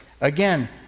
Again